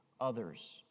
others